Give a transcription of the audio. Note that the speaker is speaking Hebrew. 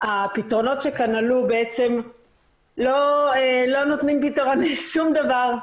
הפתרונות שכאן עלו בעצם לא נותנים פתרון לשום דבר,